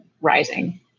rising